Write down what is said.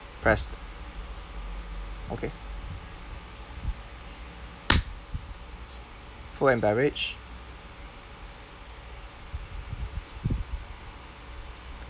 pressed okay food and beverage